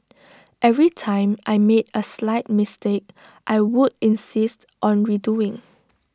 every time I made A slight mistake I would insist on redoing